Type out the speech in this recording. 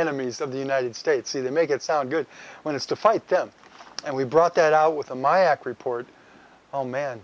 enemies of the united states either make it sound good when it's to fight them and we brought that out with a my ak report oh man